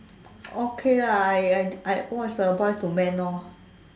okay lah I I I watch the ah boys to men lor